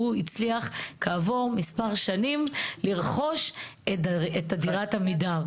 הצליח כעבור מספר שנים לרכוש את דירת עמידר.